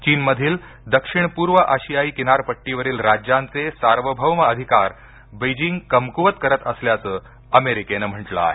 चीनमधील दक्षिणपूर्व आशियाई किनारपट्टीवरील राज्यांचे सार्वभौम अधिकार बीजिंग कमकुवत करत असल्याचं अमेरिकेने म्हटलं आहे